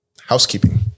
housekeeping